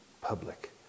public